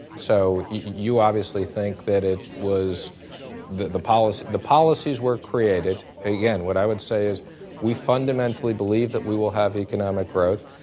so you obviously think that it was the the policy the policies were created. again, what i would say is we fundamentally believe that we will have economic growth,